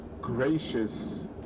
gracious